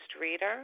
reader